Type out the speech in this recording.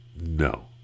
no